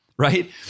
Right